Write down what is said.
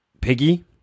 Piggy